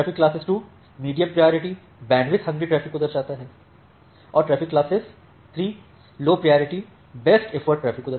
traffic classes 2 medium priority bandwidth hungry traffic को दर्शाता है और traffic classes low priority best effort traffic